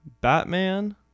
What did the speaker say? batman